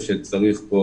שצריך פה